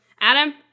Adam